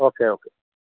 okay okay